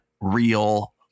real